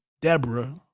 Deborah